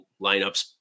lineups